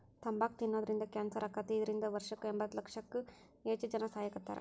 ತಂಬಾಕ್ ತಿನ್ನೋದ್ರಿಂದ ಕ್ಯಾನ್ಸರ್ ಆಕ್ಕೇತಿ, ಇದ್ರಿಂದ ವರ್ಷಕ್ಕ ಎಂಬತ್ತಲಕ್ಷಕ್ಕೂ ಹೆಚ್ಚ್ ಜನಾ ಸಾಯಾಕತ್ತಾರ